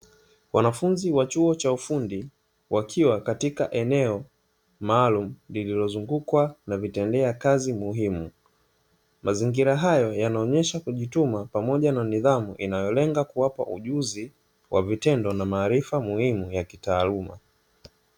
Wanafunzi wa chuo cha ufundi wakiwa katika eneo maalumu lililozungukwa na vitendea kazi muhimu, mazingira hayo yanaonyesha kujituma pamoja na nidhamu inayolenga kuwapa ujuzi wa vitendo na maarifa muhimu ya kitaaluma.